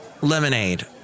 Lemonade